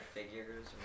Figures